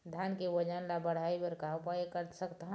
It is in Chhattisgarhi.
धान के वजन ला बढ़ाएं बर का उपाय कर सकथन?